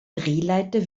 drehleiter